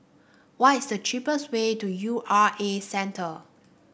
what is the cheapest way to U R A Centre